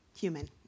human